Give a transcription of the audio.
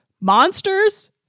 monsters